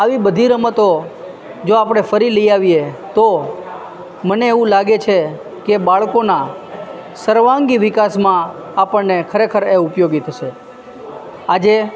આવી બધી રમતો જો આપણે ફરી લઈ આવીએ તો મને એવું લાગે છે કે બાળકોના સર્વાંગી વિકાસમાં આપણને ખરેખર એ ઉપયોગી થશે આજે